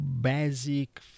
basic